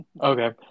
Okay